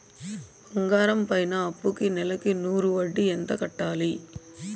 బంగారం పైన అప్పుకి నెలకు నూరు వడ్డీ ఎంత కట్టాలి?